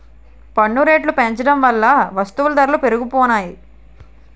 పన్ను రేట్లు పెంచడం వల్ల వస్తువుల ధరలు పెరిగిపోనాయి